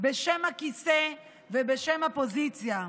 בשם הכיסא ובשם הפוזיציה.